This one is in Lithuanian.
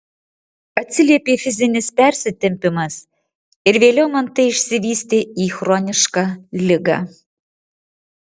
atsiliepė fizinis persitempimas ir vėliau man tai išsivystė į chronišką ligą